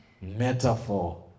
Metaphor